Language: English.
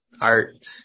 art